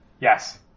Yes